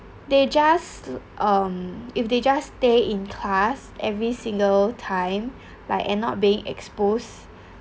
they just um if they just stay in class every single time like and not being exposed